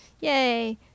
Yay